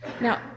Now